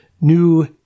new